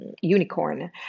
unicorn